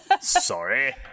Sorry